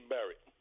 Barrett